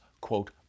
quote